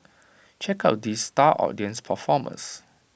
check out these star audience performers